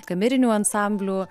kamerinių ansamblių